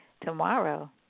tomorrow